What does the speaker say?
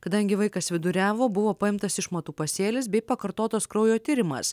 kadangi vaikas viduriavo buvo paimtas išmatų pasėlis bei pakartotas kraujo tyrimas